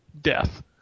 death